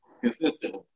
Consistent